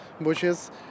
bushes